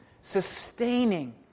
sustaining